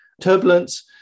turbulence